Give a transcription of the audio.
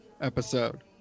episode